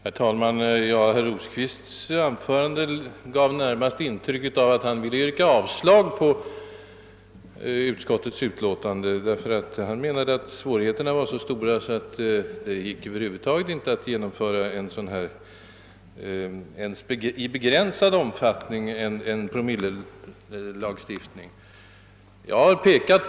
Herr talman! Herr Rosqvists anförande gav närmast det intrycket att han önskade yrka avslag på utskottets hemställan, eftersom svårigheterna enligt hans mening var så stora att det inte skulle vara möjligt att ens i begränsad omfattning genomföra en promillelagstiftning för sjötrafikens del.